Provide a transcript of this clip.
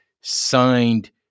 signed